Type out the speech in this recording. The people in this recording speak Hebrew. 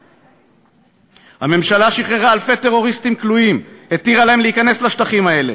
3. הממשלה שחררה אלפי טרוריסטים כלואים והתירה להם להיכנס לשטחים האלה,